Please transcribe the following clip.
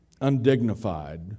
undignified